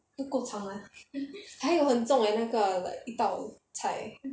不够长 lah 还有很重 leh 那个一道菜